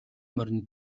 морины